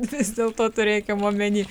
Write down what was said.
vis dėlto turėkim omeny